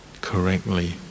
correctly